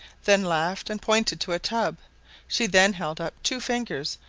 then laughed, and pointed to a tub she then held up two fingers,